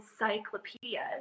encyclopedias